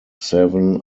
seven